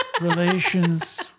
relations